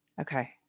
okay